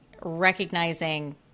recognizing